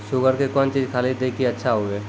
Sugar के कौन चीज खाली दी कि अच्छा हुए?